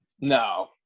No